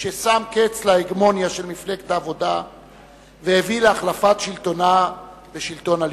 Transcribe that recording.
ששם קץ להגמוניה של מפלגת העבודה והביא להחלפת שלטונה בשלטון הליכוד.